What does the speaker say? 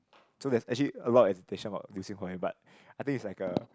so there's actually a lot of education about but I think is like a